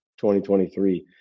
2023